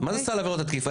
מה זה סל עבירות התקיפה?